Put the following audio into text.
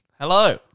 Hello